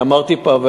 אני אמרתי פה,